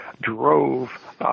drove